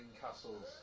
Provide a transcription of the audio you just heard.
castles